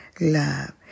love